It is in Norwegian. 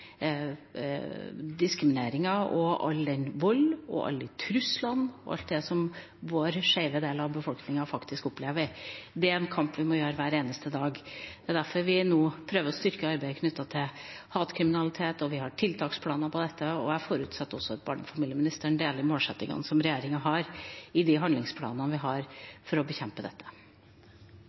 den vold og alle de trusler som vår skeive del av befolkningen faktisk opplever. Det er en kamp vi må ta hver eneste dag. Det er derfor vi nå prøver å styrke arbeidet knyttet til hatkriminalitet. Vi har tiltaksplaner på dette området, og jeg forutsetter at også barne- og familieministeren deler målsettingen som regjeringa har i de handlingsplanene vi har for å bekjempe dette.